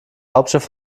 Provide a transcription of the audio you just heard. hauptstadt